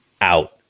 out